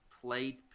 played